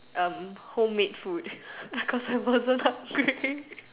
um home made food because I wasn't hungry